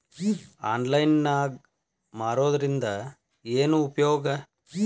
Online ನಾಗ್ ಮಾರೋದ್ರಿಂದ ಏನು ಉಪಯೋಗ?